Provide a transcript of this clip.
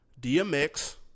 DMX